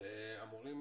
שאמורים